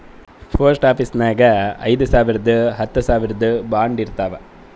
post ಆಫೀಸ್ನಾಗ್ ಐಯ್ದ ಸಾವಿರ್ದು ಹತ್ತ ಸಾವಿರ್ದು ಬಾಂಡ್ ಇರ್ತಾವ್